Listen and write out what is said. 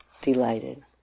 delighted